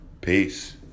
Peace